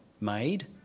made